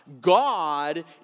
God